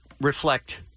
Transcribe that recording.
reflect